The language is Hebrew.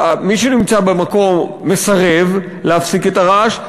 מי שנמצא במקום מסרב להפסיק את הרעש,